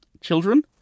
children